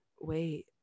wait